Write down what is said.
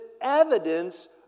evidence